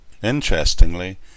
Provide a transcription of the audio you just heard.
Interestingly